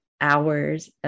hours